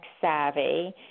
savvy